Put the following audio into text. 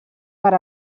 per